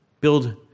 build